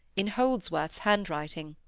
in holdsworth's handwriting.